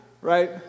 right